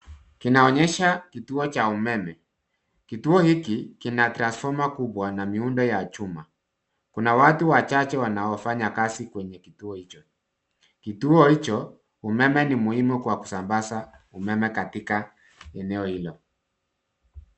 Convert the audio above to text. Kinaonyesha kituo cha umeme. Kituo hiki kina transfoma kubwa na miundo ya chuma. Kuna watu wachache wanaofanya kazi kwenye kituo hicho. Kituo hicho umeme ni muhimu kwa kusambaza umeme katika eneo hilo.